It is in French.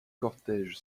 cortège